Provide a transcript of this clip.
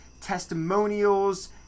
testimonials